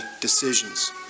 decisions